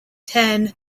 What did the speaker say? ten